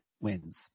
wins